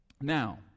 now